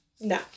No